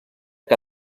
que